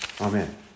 Amen